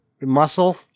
muscle